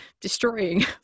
destroying